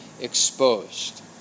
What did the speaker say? exposed